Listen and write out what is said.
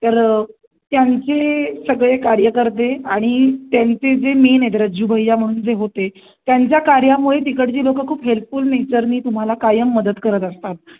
तर त्यांचे सगळे कार्यकर्ते आणि त्यांचे जे मेन आहेत रज्यू भैया म्हणून जे होते त्यांच्या कार्यामुळे तिकडची लोक खूप हेल्पफुल नेचरने तुम्हाला कायम मदत करत असतात